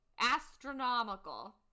astronomical